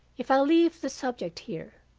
if i leave the subject here,